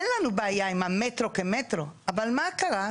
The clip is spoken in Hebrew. אין לנו בעיה עם המטרו כמטרו, אבל מה קרה?